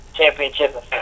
Championship